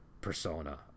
persona